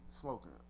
Smoking